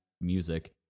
music